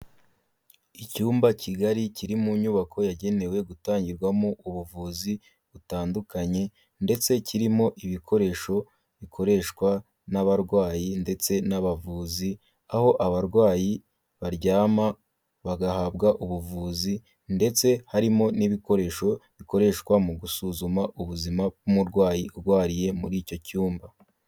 Icyumba kigari kiri mu nyubako yagenewe gutangirwamo ubuvuzi butandukanye ndetse kirimo ibikoresho bikoreshwa n'abarwayi ndetse n'abavuzi, aho abarwayi baryama bagahabwa ubuvuzi ndetse harimo n'ibikoresho bikoreshwa mu gusuzuma ubuzima bw'umurwayi urwariye muri icyo cyumba.